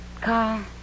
Carl